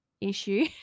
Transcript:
issue